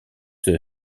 the